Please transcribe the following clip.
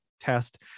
test